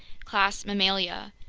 class mammalia,